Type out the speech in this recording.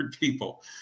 people